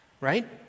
Right